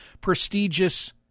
prestigious